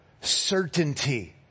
certainty